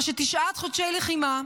מה שתשעת חודשי לחימה,